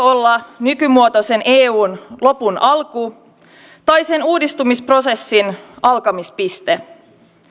olla joko nykymuotoisen eun lopun alku tai sen uudistumisprosessin alkamispiste